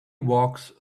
walks